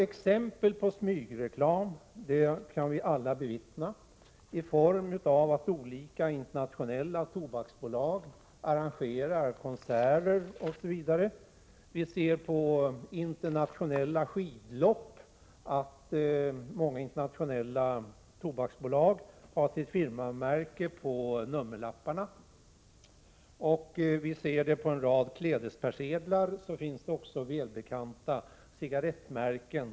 Exempel på smygreklam kan vi alla bevittna då olika internationella tobaksbolag arrangerar konserter osv. Vid internationella skidlopp har många internationella tobaksbolag sitt firmamärke på nummerlapparna. På en rad klädespersedlar finns också välbekanta cigarettmärken.